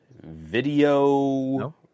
video